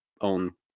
on